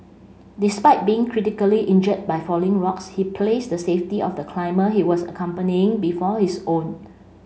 despite being critically injured by falling rocks he placed the safety of the climber he was accompanying before his own